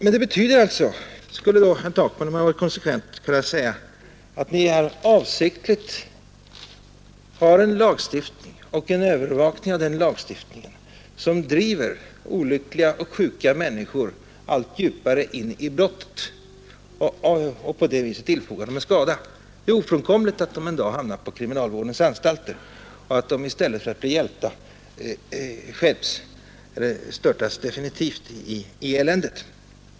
Men det betyder alltså — skulle då herr Takman kunna säga, om han vore konsekvent — att ni här avsiktligt har en lagstiftning och en övervakning av den lagstiftningen som driver olyckliga och sjuka människor allt djupare in i brottet och på det viset tillfogar dem skada. Det är ofrånkomligt att de en dag hamnar på kriminalvårdens anstalter och att de i stället för att bli hjälpta störtas definitivt ned i eländet.